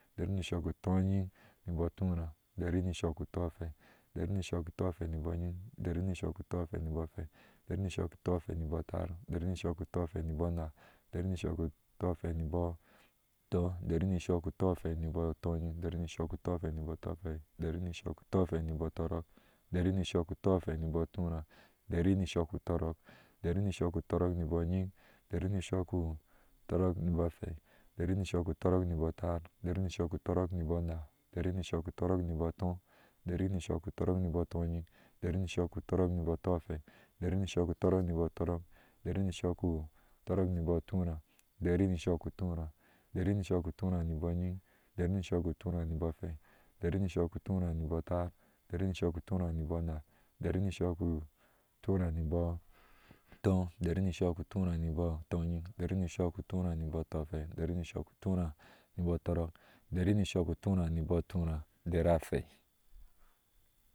Dari shuku tonyiŋ nibɔɔ túrá, dari ni shukutotɔfei, dari ni shutafei nibɔɔ nyiŋ, dari ni shukubfei nibɔɔ tɔfei, dari tɔfei nibɔɔ atar, dari ni shuku tofei nibɔɔ ana, dari ni tɔ́fei nibɔɔ atɔɔ́, dari ni shututɔfei nibɔɔ tɔyiŋdari nibɔɔ shuku tɔfei nibɔɔ tofei, dari ni shukutɔfei nibɔɔ tɔrɔk dari ni shukifei mibɔɔ tuna, dari ni shukutɔrɔk, dari ni shukutɔrɔk nibs nyiŋ, dari ni shukw brɔkni bɔɔ fei, dari ni shukutɔrɔk nibɔ atar dari ni shokutɔr ok nibɔɔ ana, dari ni shukutɔrɔk nibss atɔ́ɔ́ dari ni shukutɔrɔk nibɔɔ tɔ́nyiŋ, dari ni shukutɔrɔ nibɔɔ tɔfei dari ni shu ku tɔrɔk nibɔɔ tura dari ni shukuturá, dari ni shukutura nibɔɔ nyiŋ, dari ni shukuturá nibɔɔ afei, dari ni shukuturá nibɔɔ atar dari nishukurá nibɔɔ ana, dari ni shukuturá nisɔs atɔɔ dari ni shukutúrá nibɔɔ tɔnyiŋ, dari ni shukutura nibɔɔ tofei dari ni shuku turá nisɔɔ tɔrɔk dari ni shukutura nibɔɔ túrá dara afei.